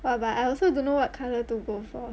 !wah! but I also don't know what colour to go for